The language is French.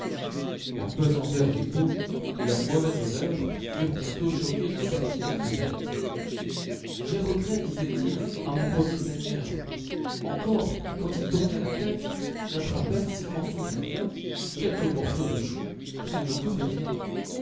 la pesanteur des peaux et leur mauvaise odeur eurent bientôt choqué l'impertinente bête j'ai regret disait-il à mon premier seigneur encor quand il tournait la tête j'attrapais s'il m'en souvient bien quelque morceau de chou qui ne me coûtait rien